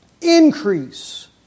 Increase